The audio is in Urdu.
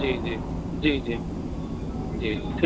جی جی جی جی جی ٹھی